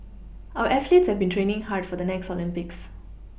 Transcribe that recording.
our athletes have been training hard for the next Olympics